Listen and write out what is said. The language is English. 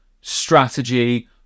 strategy